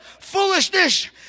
foolishness